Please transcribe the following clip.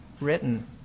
written